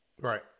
right